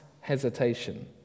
hesitation